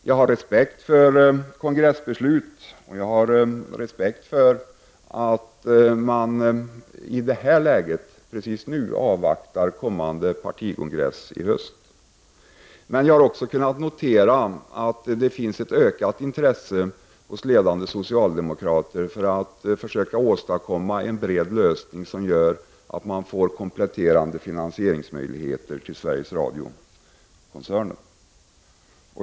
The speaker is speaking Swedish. Jag har respekt för kongressbeslut, och jag har respekt för att man i det här läget avvaktar kommande partikongress i höst. Men jag har också kunnat notera att det finns ett ökat intresse hos ledande socialdemokrater för att försöka åstadkomma en bred lösning som gör att det finns kompletterande finansieringsmöjligheter till Sveriges Radio-koncernen.